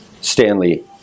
Stanley